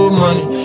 money